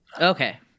okay